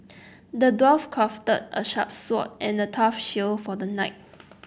the dwarf crafted a sharp sword and a tough shield for the knight